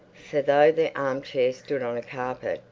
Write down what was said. for though the arm-chair stood on a carpet,